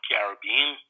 Caribbean